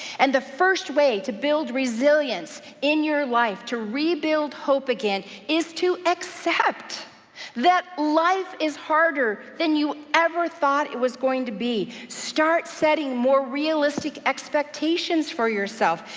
and the first way to build resilience in your life, to rebuild hope again is to accept that life is harder than you ever thought it was going to be. start setting more realistic expectations for yourself.